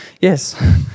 yes